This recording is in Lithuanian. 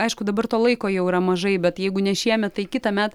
aišku dabar to laiko jau yra mažai bet jeigu ne šiemet tai kitąmet